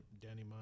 Danny